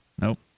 Nope